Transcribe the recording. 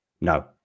No